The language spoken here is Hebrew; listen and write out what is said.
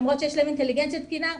למרות שיש להם אינטליגנציה תקינה,